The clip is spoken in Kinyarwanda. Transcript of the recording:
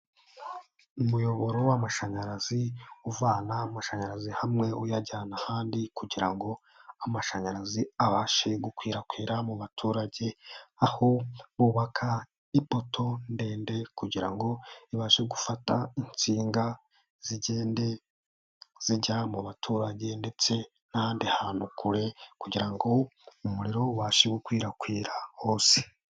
Umuyoboro w'amashanyarazi uvana amashanyarazi hamwe uyajyana ahandi kugira ngo amashanyarazi abashe gukwirakwira mu baturage, aho bubaka ipoto ndende kugira ngo ibashe gufata insinga zigende zijya mu baturage ndetse n'ahandi hantu kure kugira ngo umuriro ubashe gukwirakwira hose.